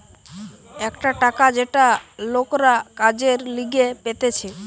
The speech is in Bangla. একটা টাকা যেটা লোকরা কাজের লিগে পেতেছে